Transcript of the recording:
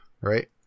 right